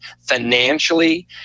financially